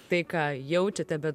tai ką jaučiate bet